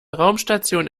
raumstation